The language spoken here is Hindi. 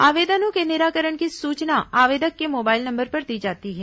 आवेदनों के निराकरण की सूचना आवेदक के मोबाइल नंबर पर दी जाती है